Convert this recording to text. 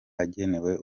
agenewe